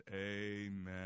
amen